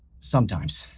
sometimes.